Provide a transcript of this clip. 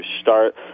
start